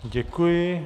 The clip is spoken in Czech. Děkuji.